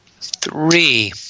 three